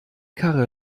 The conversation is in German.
karre